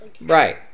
Right